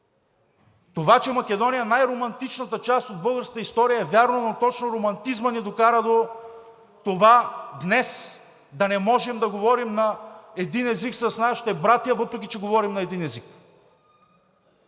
Това, че Македония е най-романтичната част от българската история, е вярно, но точно романтизмът ни докара до това днес да не можем да говорим на един език с нашите братя, въпреки че говорим на един език.